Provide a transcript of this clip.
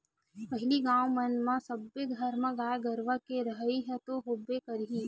पहिली गाँव मन म सब्बे घर म गाय गरुवा के रहइ ह तो होबे करही